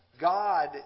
God